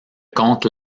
contre